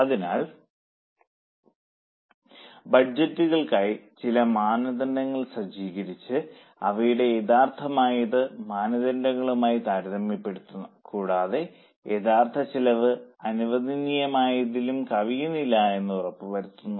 അതിനാൽ ബഡ്ജറ്റുകൾക്കായി ചില മാനദണ്ഡങ്ങൾ സജ്ജീകരിച്ച് അവയുടെ യഥാർത്ഥമായത് മാനദണ്ഡങ്ങളുമായി താരതമ്യപ്പെടുത്തുന്നു കൂടാതെ യഥാർത്ഥ ചെലവ് അനുവദനീയമായതിലും കവിയുന്നില്ലെന്ന് ഉറപ്പുവരുത്തുന്നു